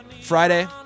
Friday